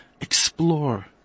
Explore